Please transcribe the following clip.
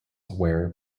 where